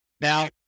Now